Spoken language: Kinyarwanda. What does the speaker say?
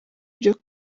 byo